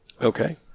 Okay